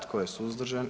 Tko je suzdržan?